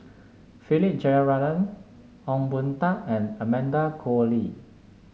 Philip Jeyaretnam Ong Boon Tat and Amanda Koe Lee